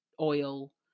oil